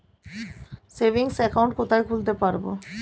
Savings account কোথায় খুলতে পারব?